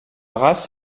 race